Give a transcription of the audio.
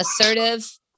assertive